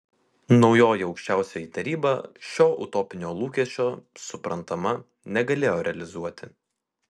naujoji aukščiausioji taryba šio utopinio lūkesčio suprantama negalėjo realizuoti